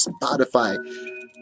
Spotify